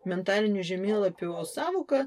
mentalinių žemėlapių sąvoką